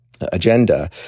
agenda